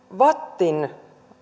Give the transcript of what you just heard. vattin